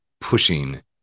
pushing